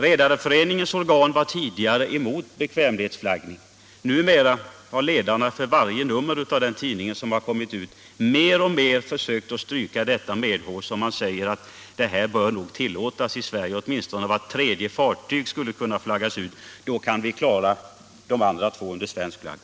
Redareföreningens organ var tidigare emot bekvämlighetsflaggningen, men numera har redarna i varje nummer av den tidning som ges ut börjat att mer och mer stryka representanterna för dessa intressen medhårs. Man säger att bekvämlighetsflaggning nog bör tillåtas i Sverige och att åtminstone vart tredje fartyg skulle kunna flaggas ut; då skulle vi klara att låta de andra två gå under svensk flagg.